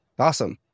Awesome